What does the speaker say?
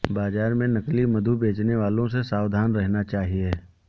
बाजार में नकली मधु बेचने वालों से सावधान रहना चाहिए